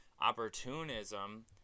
opportunism